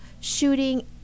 shooting